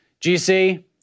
GC